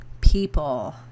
people